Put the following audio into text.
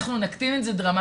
אנחנו נקטין את זה דרמטית,